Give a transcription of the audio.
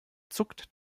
zuckt